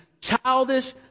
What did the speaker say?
childish